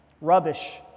rubbish